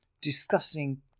discussing